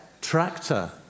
Tractor